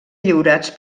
lliurats